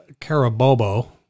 Carabobo